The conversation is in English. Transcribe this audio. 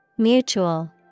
Mutual